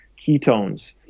ketones